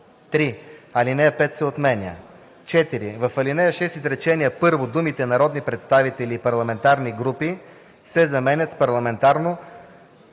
3. Алинея 5 се отменя. 4. В ал. 6, изречение първо думите „народните представители и парламентарните групи“ се заменят с „парламентарно